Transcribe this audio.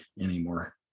anymore